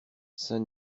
saint